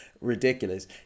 ridiculous